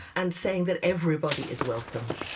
and saying that everybody is welcome